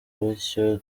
bityo